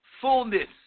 fullness